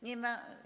Nie ma.